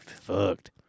fucked